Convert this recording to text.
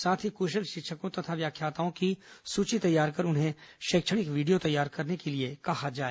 साथ ही कुशल शिक्षकों तथा व्याख्याताओं की सूची तैयार कर उन्हें शैक्षणिक वीडियो तैयार करने के लिए कहा जाए